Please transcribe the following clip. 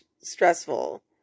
stressful